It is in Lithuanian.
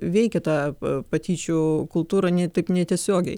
veikia tą patyčių kultūrą ne taip netiesiogiai